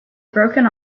broken